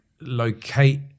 locate